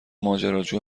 ماجراجو